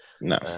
No